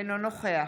אינו נוכח